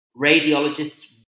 radiologists